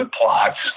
plots